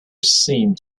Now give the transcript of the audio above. seemed